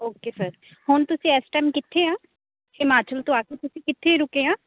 okay sir ਹੁਣ ਤੁਸੀਂ ਇਸ ਟਾਈਮ ਕਿੱਥੇ ਆਂ ਹਿਮਾਚਲ ਤੋਂ ਆ ਕੇ ਤੁਸੀਂ ਕਿੱਥੇ ਰੁਕੇ ਆਂ